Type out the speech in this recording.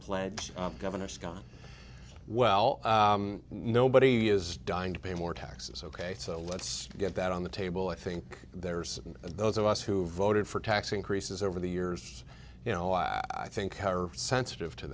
pledge governor scott well nobody is dying to pay more taxes ok so let's get that on the table i think there's those of us who voted for tax increases over the years you know i think our sensitive to